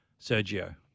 Sergio